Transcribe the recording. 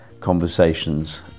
conversations